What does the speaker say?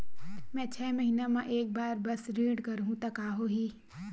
मैं छै महीना म एक बार बस ऋण करहु त का होही?